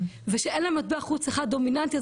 ושאין להם מטבע חוץ אחד דומיננטי,